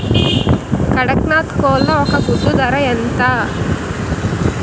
కదక్నత్ కోళ్ల ఒక గుడ్డు ధర ఎంత?